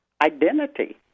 identity